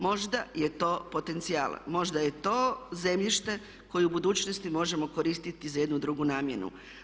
Možda je to potencijal, možda je to zemljište koje u budućnosti možemo koristiti za jednu drugu namjenu.